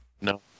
No